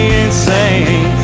insane